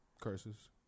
Curses